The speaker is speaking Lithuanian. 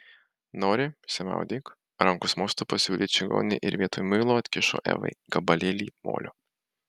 nori išsimaudyk rankos mostu pasiūlė čigonė ir vietoj muilo atkišo evai gabalėlį molio